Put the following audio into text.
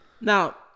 Now